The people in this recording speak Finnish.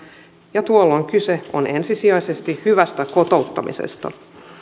ja tuolloin kyse on ensisijaisesti hyvästä kotouttamisesta